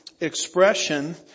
expression